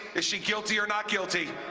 is she guilty or not guilty?